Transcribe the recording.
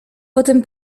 potem